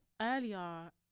earlier